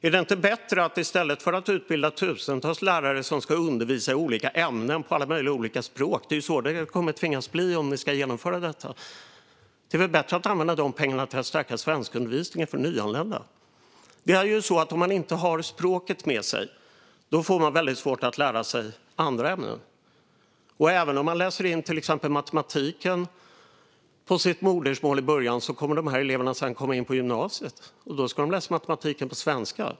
Om vi ska genomföra detta måste man utbilda tusentals lärare som ska undervisa i olika ämnen på alla möjliga språk. Är det inte bättre att i stället använda de pengarna till att stärka svenskundervisningen för nyanlända? Om man inte har språket med sig får man väldigt svårt att lära sig andra ämnen. Och även om dessa elever läser in till exempel matematiken på sitt modersmål i början kommer de sedan att komma in på gymnasiet, och då ska de läsa matematiken på svenska.